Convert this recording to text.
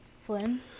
Flynn